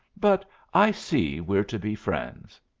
but i see we're to be friends.